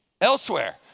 Elsewhere